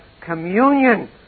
communion